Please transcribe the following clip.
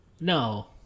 no